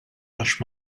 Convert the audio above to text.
għax